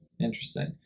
Interesting